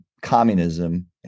communism